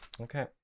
okay